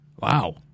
Wow